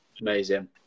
Amazing